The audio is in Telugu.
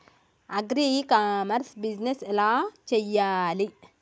అగ్రి ఇ కామర్స్ బిజినెస్ ఎలా చెయ్యాలి?